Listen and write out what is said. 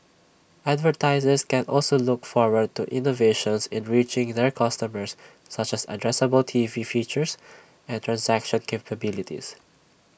advertisers can also look forward to innovations in reaching their customers such as addressable T V features and transaction capabilities